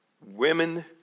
women